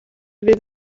fydd